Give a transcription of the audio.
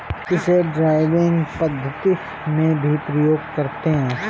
इसे ड्राइविंग पद्धति में भी प्रयोग करते हैं